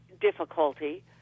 difficulty